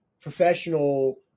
professional